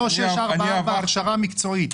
3644 זה הכשרה מקצועית.